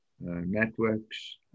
networks